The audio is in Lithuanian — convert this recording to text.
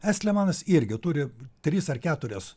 estlemanas irgi turi tris ar keturias